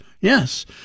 Yes